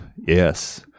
Yes